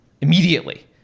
immediately